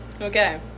Okay